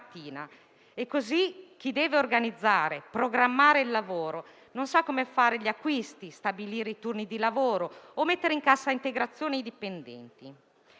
modo, chi deve organizzare e programmare il lavoro non sa come fare gli acquisti, stabilire i turni di lavoro o mettere in cassa integrazione i dipendenti.